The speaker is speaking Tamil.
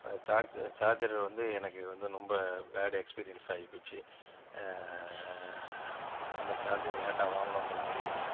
அது சார்ஜர் வந்து எனக்கு வந்து ரொம்ப பேடு எக்ஸ்பீரியன்ஸ் ஆகிப்போச்சு அந்த சார்ஜர் ஏன்டா வாங்குனோம்கிற மாதிரி